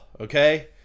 okay